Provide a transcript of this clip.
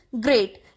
Great